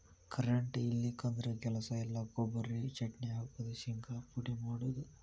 current ಇಲ್ಲಿಕಂದ್ರ ಕೆಲಸ ಇಲ್ಲಾ, ಕೊಬರಿ ಚಟ್ನಿ ಹಾಕುದು, ಶಿಂಗಾ ಪುಡಿ ಮಾಡುದು